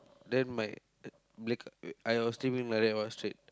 then my I was sleeping like that was straight